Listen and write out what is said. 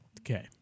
Okay